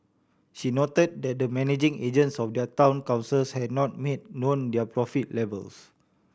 she noted that the managing agents of other town councils had not made known their profit levels